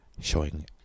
showing